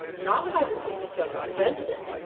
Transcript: not by the signature of your president,